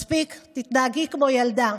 מספיק, תתנהגי כמו ילדה.